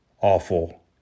awful